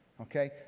okay